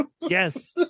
Yes